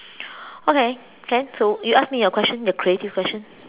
okay can so you ask me your question your creative question